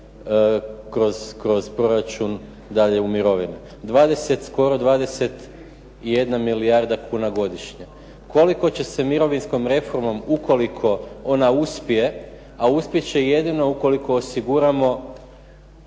kroz proračun dalje u mirovine. Skoro 21 milijarda kuna godišnje. Koliko će se mirovinskom mirovinom ukoliko ona uspije, a uspjet će jedino ukoliko osiguramo